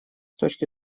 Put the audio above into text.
точки